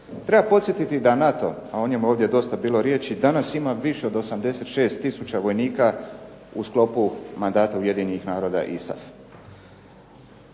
Treba podsjetiti da je NATO a ovdje o njemu danas bilo dosta riječi danas ima više od 86 tisuća vojnika u sklopu mandata Ujedinjenih naroda ISAF.